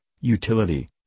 utility